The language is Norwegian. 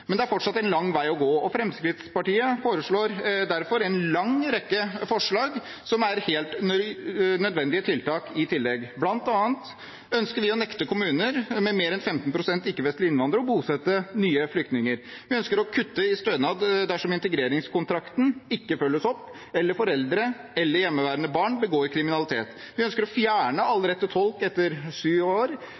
men det er fortsatt en lang vei å gå, og Fremskrittspartiet har derfor en lang rekke forslag, som er helt nødvendige tiltak i tillegg. Blant annet ønsker vi å nekte kommuner med mer enn 15 pst. ikke-vestlige innvandrere å bosette nye flyktninger. Vi ønsker å kutte i stønad dersom integreringskontrakten ikke følges opp, eller foreldre eller hjemmeværende barn begår kriminalitet. Vi ønsker å fjerne all rett til tolk etter syv år.